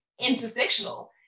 intersectional